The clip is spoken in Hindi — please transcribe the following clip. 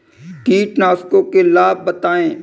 कीटनाशकों के लाभ बताएँ?